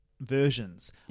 versions